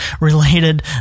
related